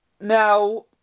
Now